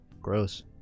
gross